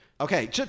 Okay